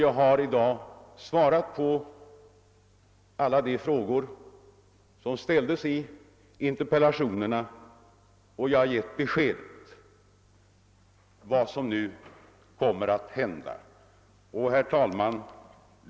Jag har i dag svarat på frågor som ställdes i interpellationerna, och jag har givit besked om vad som nu kommer att hända. Herr talman!